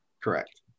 Correct